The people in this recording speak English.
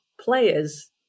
players